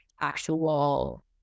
actual